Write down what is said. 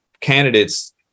candidates